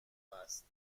است